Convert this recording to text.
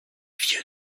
vieux